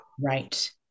Right